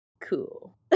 cool